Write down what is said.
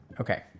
Okay